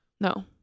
No